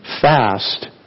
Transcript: Fast